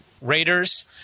Raiders